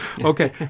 Okay